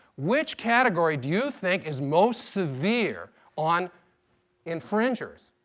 which category do you think is most severe on infringers?